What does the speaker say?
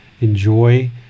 Enjoy